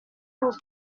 cool